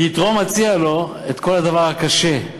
יתרו מציע לו: את כל הדבר הקשה,